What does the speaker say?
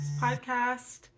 podcast